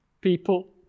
people